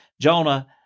Jonah